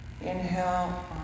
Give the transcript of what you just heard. Inhale